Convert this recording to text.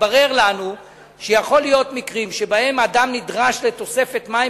התברר לנו שיכולים להיות מקרים שבהם אדם נדרש לתוספת מים